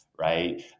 right